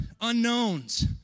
unknowns